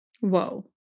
Whoa